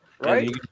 Right